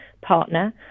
partner